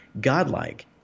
godlike